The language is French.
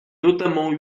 notamment